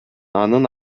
анын